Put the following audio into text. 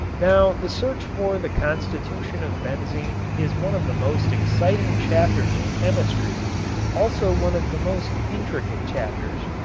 now the search for the constitution of benzene is one of the most exciting chapters in chemistry also one of the most intricate chapters,